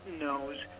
knows